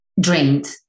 drained